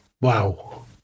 Wow